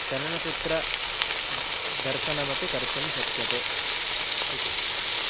चलनचित्रदर्शनमपि कर्तुं शक्यते इति